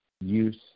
use